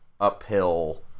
uphill